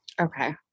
Okay